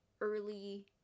early